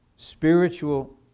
Spiritual